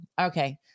okay